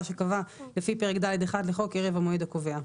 שקבע לפי פרק ד'1 לחוק ערב המועד הקובע.